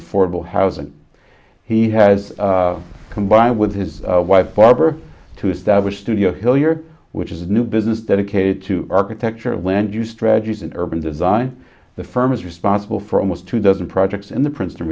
affordable housing he has combined with his wife barbara to establish studio here which is a new business dedicated to architecture of land use strategies in urban design the firm is responsible for almost two dozen projects in the princeton